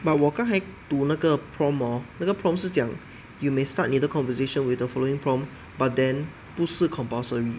but 我刚才读那个 prompt hor 那个 prompt 是讲 you may start 你的 conversation with the following prompts but then 不是 compulsory